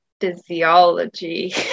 physiology